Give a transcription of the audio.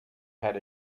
had